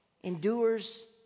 endures